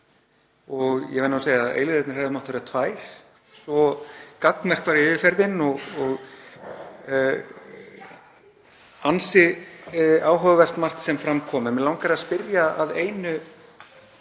og ég verð nú að segja að eilífðirnar hefðu mátt vera tvær, svo gagnmerk var yfirferðin og ansi áhugavert margt sem fram kom. En mig langar að spyrja að einu